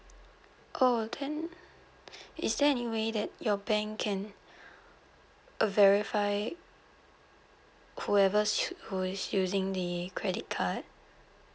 oh then is there any way that your bank can uh verify whoever suit~ who is using the credit card